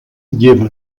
lleva